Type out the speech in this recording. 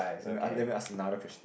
let me ask let me ask another question